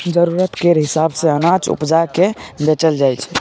जरुरत केर हिसाब सँ अनाज उपजा केँ बेचल जाइ छै